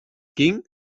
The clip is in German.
ging